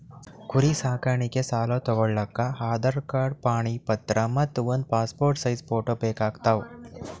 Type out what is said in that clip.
ಕುರಿ ಸಾಕಾಣಿಕೆ ಸಾಲಾ ತಗೋಳಕ್ಕ ಆಧಾರ್ ಕಾರ್ಡ್ ಪಾಣಿ ಪತ್ರ ಮತ್ತ್ ಒಂದ್ ಪಾಸ್ಪೋರ್ಟ್ ಸೈಜ್ ಫೋಟೋ ಬೇಕಾತವ್